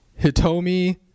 Hitomi